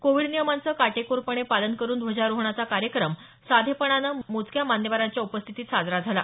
Covid नियमांचं काटोकोरपणे पालन करुन ध्वजारोहणाचा कार्यक्रम साधेपणानं मोजक्याच्या मान्यवरांच्या उपस्थितीत साजरा झाला